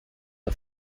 are